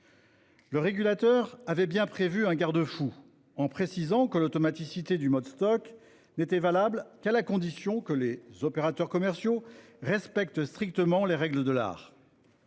Le régulateur avait pourtant prévu un garde-fou en précisant que le recours automatique au mode Stoc ne serait valable qu'à la condition que les opérateurs commerciaux respectent strictement les règles de l'art.